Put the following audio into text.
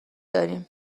داریم